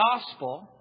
gospel